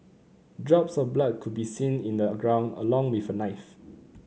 drops of blood could be seen in the ground along with a knife